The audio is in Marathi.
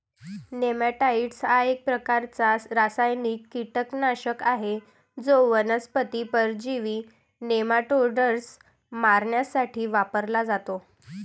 नेमॅटाइड हा एक प्रकारचा रासायनिक कीटकनाशक आहे जो वनस्पती परजीवी नेमाटोड्स मारण्यासाठी वापरला जातो